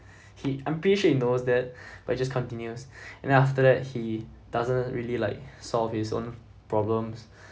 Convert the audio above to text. he I'm pretty sure he knows that but just continues and then after that he doesn't really like solve his own problems